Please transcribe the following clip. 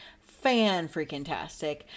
fan-freaking-tastic